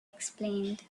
explained